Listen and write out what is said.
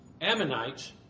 Ammonites